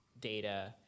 data